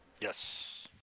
Yes